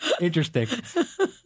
Interesting